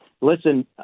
Listen